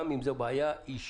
גם אם זו בעיה אישית.